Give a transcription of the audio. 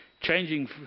changing